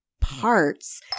parts